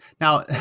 Now